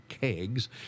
kegs